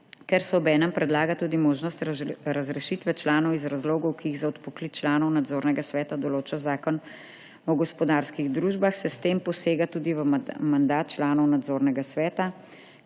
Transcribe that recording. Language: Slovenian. »Ker se obenem predlaga tudi možnost razrešitve članov iz razlogov, ki jih za odpoklic članov Nadzornega sveta določa Zakon o gospodarskih družbah, se s tem posega tudi v mandat članov Nadzornega sveta,